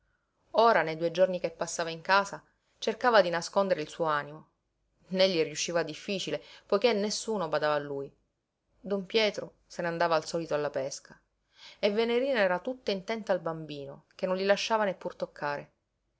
ora nei due giorni che passava in casa cercava di nascondere il suo animo né gli riusciva difficile poiché nessuno badava a lui don pietro se n'andava al solito alla pesca e venerina era tutta intenta al bambino che non gli lasciava neppur toccare